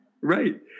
Right